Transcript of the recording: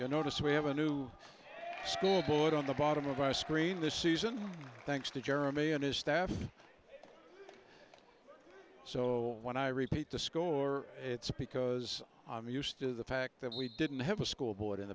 you notice we have a new school board on the bottom of our screen this season thanks to jeremy and his staff so when i repeat the score it's because i'm used to the fact that we didn't have a school board in